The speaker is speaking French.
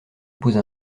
pose